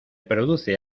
produce